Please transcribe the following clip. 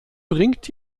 bringt